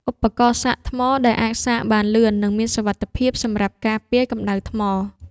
ឧបករណ៍សាកថ្ម ដែលអាចសាកបានលឿន និងមានសុវត្ថិភាពសម្រាប់ការពារកម្ដៅថ្ម។